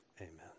amen